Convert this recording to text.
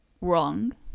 wrong